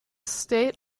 state